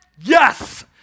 Yes